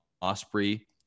osprey